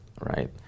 right